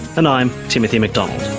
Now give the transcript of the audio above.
and i'm timothy mcdonald